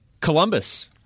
Columbus